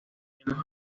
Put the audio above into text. españa